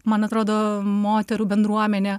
man atrodo moterų bendruomenė